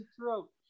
throat